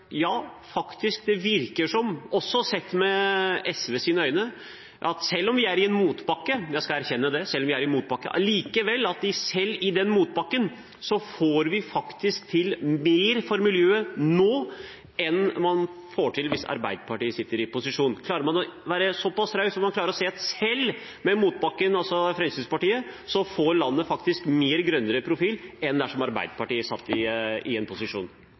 det virker som – selv om vi er i en motbakke, jeg skal erkjenne det – at vi likevel i den motbakken faktisk får til mer for miljøet nå enn man får til hvis Arbeiderpartiet sitter i posisjon? Klarer man å være såpass raus og se at selv med motbakken, altså Fremskrittspartiet, får landet grønnere profil enn dersom Arbeiderpartiet satt i posisjon? Nei, det ser jeg ikke, for det er ikke sant. I